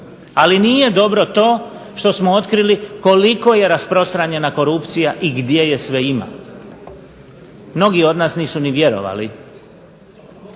Ali, nije dobro to što smo otkrili koliko je rasprostranjena korupcija i gdje je sve ima. Mnogi od nas nisu ni vjerovali